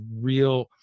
real